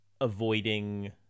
avoiding